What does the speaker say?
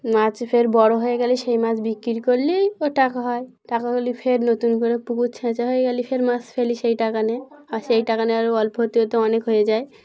মাছ ফের বড়ো হয়ে গেলে সেই মাছ বিক্রি করলেই ও টাকা হয় টাকা করলে ফের নতুন করে পুকুর ছেঁচা হয়ে গেলে ফের মাছ ফেলি সেই টাকা নিয়ে আর সেই টাকা নিয়ে আরও অল্প হতে হতে অনেক হয়ে যায়